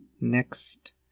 next